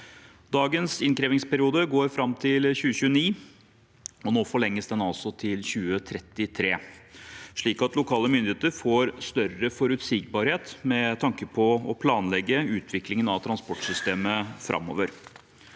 Dagens innkrevingsperiode går fram til 2029. Nå forlenges den altså til 2033, slik at lokale myndigheter får større forutsigbarhet når de skal planlegge utviklingen av transportsystemet framover.